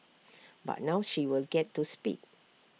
but now she will get to speak